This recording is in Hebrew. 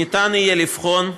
ניתן יהיה לבחון,